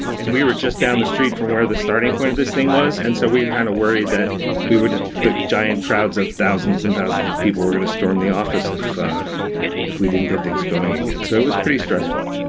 and we were just down the street from where the starting point of this thing was. and so we are kind of worried that the giant crowds of thousands and thousands of people were going to storm the office if if we didn't get things going again. so, it was pretty stressful.